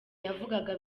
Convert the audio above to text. yavugaga